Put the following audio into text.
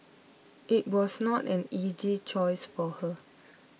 it was not an easy choice for her